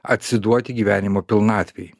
atsiduoti gyvenimo pilnatvei